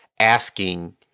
Asking